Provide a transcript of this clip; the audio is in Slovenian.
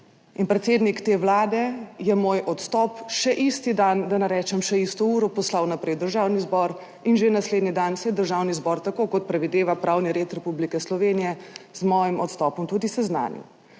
in predsednik te Vlade je moj odstop še isti dan, da ne rečem še isto uro, poslal naprej v Državni zbor in že naslednji dan se je Državni zbor, tako kot predvideva pravni red Republike Slovenije z mojim odstopom tudi seznanil.